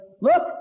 Look